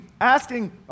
asking